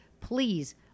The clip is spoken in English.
please